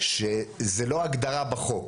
שזה לא הגדרה בחוק,